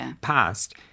past